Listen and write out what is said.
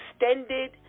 extended